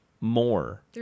more